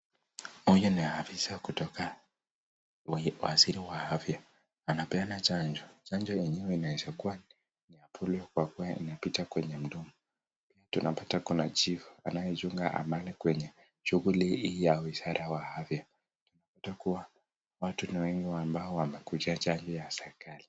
Huyu ni afisa kutoka wizara ya afya, anapeana chanjo. Chanjo yenyewe inaweza kuwa ni ya polio kwa kuwa inapita kweye mdomo, tunapata kuna chifu anayechunga amani kwenye shughuli hii ya wizara ya afya, tunapata kuwa watu ni wengi ambao wamekujia chanjo ya serikali.